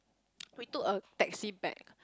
we took a taxi back